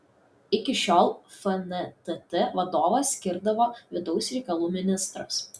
iki šiol fntt vadovą skirdavo vidaus reikalų ministras